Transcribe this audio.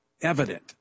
evident